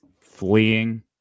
fleeing